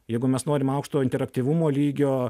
jeigu mes norim aukšto interaktyvumo lygio